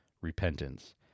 Repentance